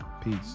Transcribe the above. peace